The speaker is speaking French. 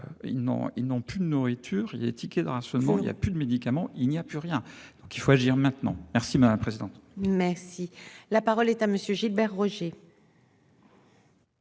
ils n'ont plus de nourriture, il y a des tickets de rationnement. Il y a plus de médicaments, il n'y a plus rien donc il faut agir maintenant. Merci ma président. Merci la parole est à monsieur Gilbert Roger.